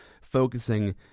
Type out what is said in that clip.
focusing